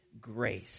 grace